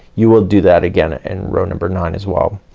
you will do that again in row number nine as well.